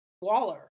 Waller